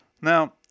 Now